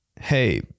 Hey